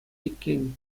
иккен